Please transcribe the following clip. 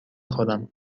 خورم